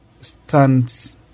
stands